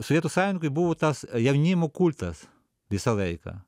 sovietų sąjungoj buvo tas jaunimo kultas visą laiką